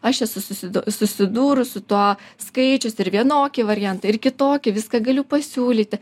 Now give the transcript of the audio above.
aš esu susidu susidūrus su tuo skaičius ir vienokie variantai ir kitokie viską galiu pasiūlyti